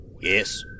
Yes